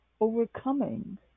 overcoming